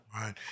Right